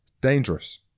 Dangerous